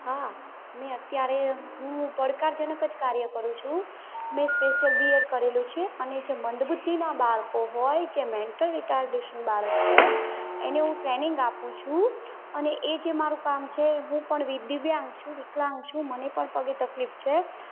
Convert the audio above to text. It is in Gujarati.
હા મેં અત્યારે હું પડકારજનક જ કાર્ય કરું છું મેં સ્પેશિયલ બી એડ કરેલું છે અને જે મંદબુદ્ધિનાં બાળકો હોય જે મેન્ટલ રિટાયર્ડડેશન બાળક છે એને હું ટ્રેનિંગ આપું છું અને એ જે મારું કામ છે હું પણ વિ દિવ્યાંગ છું વિકલાંગ છું મને પણ પગે તકલીફ છે